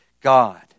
God